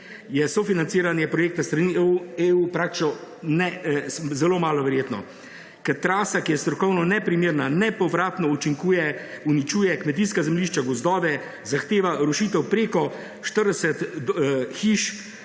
je sofinanciranje projekta s strani EU praktično zelo malo verjetno. Ker trasa, ki je strokovno neprimerna, nepovratno učinkuj, uničuje kmetijska zemljišča, gozdove, zahteva rušitev preko 40 hiš,